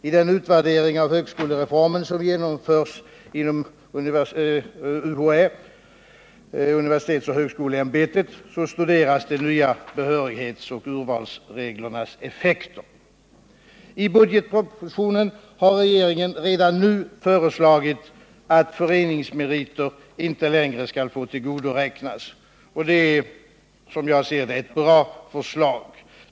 I den utvärdering av högskolereformen som genomförs inom universitetsoch högskoleämbetet studeras de nya behörighetsoch urvalsreglernas effekter. I budgetpropositionen har regeringen redan nu föreslagit att föreningsmeriter inte längre skall få tillgodoräknas. Det är som jag ser det ett bra förslag.